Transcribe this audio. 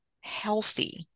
healthy